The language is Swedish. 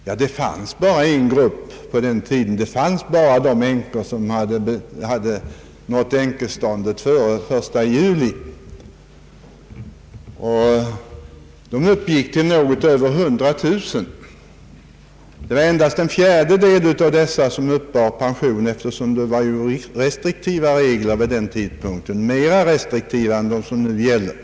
Ja, det fanns bara en grupp på den tiden, nämligen de som hade blivit änkor före den 1 juli 1960, och de uppgick till något mer än 100 000. Endast en fjärdedel av dessa uppbar pension eftersom reglerna vid den tidpunkten var mera restriktiva än vad som nu är fallet.